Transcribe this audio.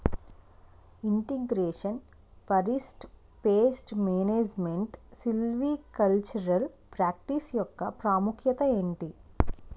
integration forest pest management silvicultural practice యెక్క ప్రాముఖ్యత ఏంటి